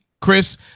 Chris